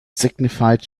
signified